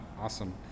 awesome